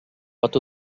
pot